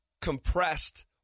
compressed